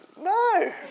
no